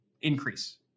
increase